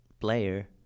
player